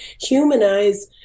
humanize